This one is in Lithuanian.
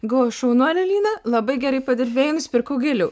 galvoju šaunuolė lina labai gerai padirbėjai nusipirkau gėlių